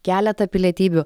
keletą pilietybių